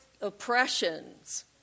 oppressions